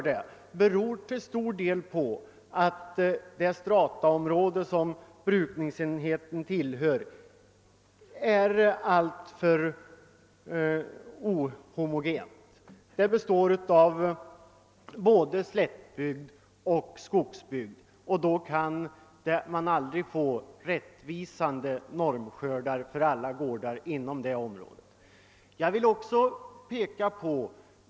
Detta beror ofta på att det strataområde som brukningsenheten tillhör är alltför heterogent. Området består både av slättbygd och av skogsbygd. Då kan man aldrig få rättvisande normskördar för alla gårdar inom området.